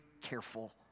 careful